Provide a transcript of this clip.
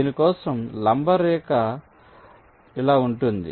దీని కోసం లంబ రేఖ ఇలా ఉంటుంది